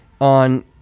on